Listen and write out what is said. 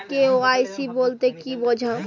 KYC বলতে কি বোঝায়?